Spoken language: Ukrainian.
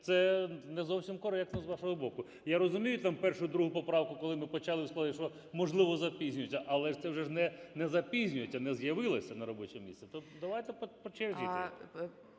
Це не зовсім коректно з вашого боку. Я розумію, там 1-у, 2 поправку, коли ми почали, сказали, що, можливо, запізнюється. Але це вже не запізнюється, не з'явилася на робоче місце. То давайте по черзі йти.